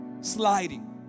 sliding